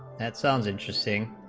pet sounds interesting